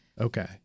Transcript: Okay